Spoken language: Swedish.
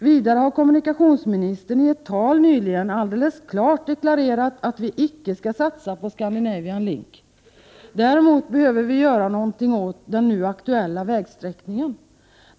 Vidare har kommunikationsministern i ett tal nyligen alldeles klart deklarerat att vi icke skall satsa på Scandinavian Link. Däremot behöver vi göra någonting åt den nu aktuella vägsträckningen.